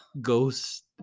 ghost